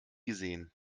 gesehen